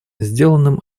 сделанным